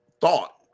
thought